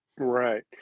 right